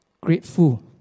grateful